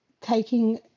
Taking